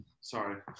Sorry